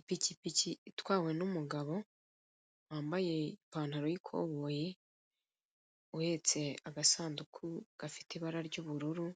Ipikipiki itwawe n'umugabo wambaye ipantaro y'ikoboyi, uhetse agasanduku gafite ibara ry'ubururu,